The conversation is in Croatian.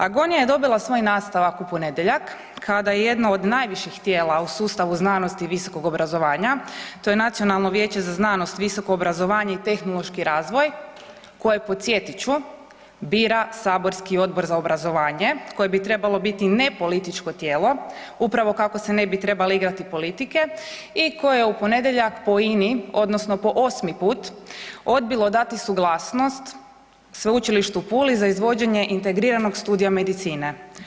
Agonija je dobila svoj nastavak u ponedjeljak kada je jedno od najviših tijela u sustavu znanosti i visokog obrazovanja to je Nacionalno vijeće za znanost, visoko obrazovanje i tehnološki razvoj koje podsjetit ću bira saborski Odbor za obrazovanje koje bi trebalo biti nepolitičko tijelo upravo kako se ne bi trebali igrati politike i koje je u ponedjeljak po ini odnosno po 8 put odbilo dati suglasnost Sveučilištu u Puli za izvođenje integriranog studija medicine.